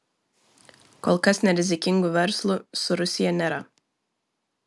kol kas nerizikingų verslų su rusija nėra